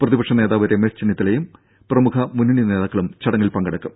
പ്രതിപക്ഷ നേതാവ് രമേശ് ചെന്നിത്തലയും പ്രമുഖ മുന്നണി നേതാക്കളും ചടങ്ങിൽ പങ്കെടുക്കും